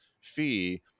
fee